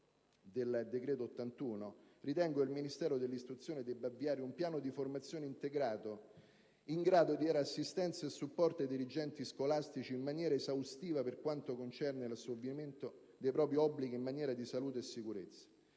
n. 81, ritengo che il Ministero dell'istruzione debba avviare un piano di formazione integrato, in grado di dare assistenza e supporto ai dirigenti scolastici in maniera esaustiva per quanto concerne l'assolvimento dei propri obblighi in materia di salute e sicurezza.